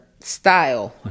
style